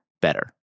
better